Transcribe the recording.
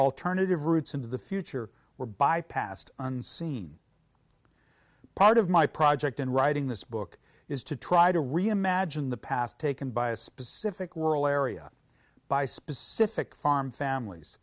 alternative routes into the future were bypassed unseen part of my project in writing this book is to try to reimagine the past taken by a specific rural area by specific farm families